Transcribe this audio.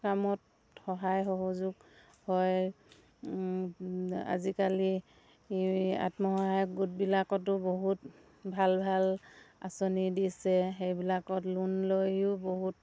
কামত সহায় সহযোগ হয় আজিকালি এই আত্মসহায়ক গোটবিলাকতো বহুত ভাল ভাল আঁচনি দিছে সেইবিলাকত লোন লৈয়ো বহুত